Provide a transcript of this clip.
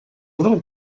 little